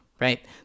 right